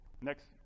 Next